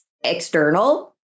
external